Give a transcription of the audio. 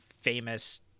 famous